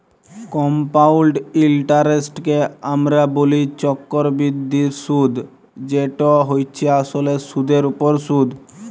compound ইলটারেস্টকে আমরা ব্যলি চক্করবৃদ্ধি সুদ যেট হছে আসলে সুদের উপর সুদ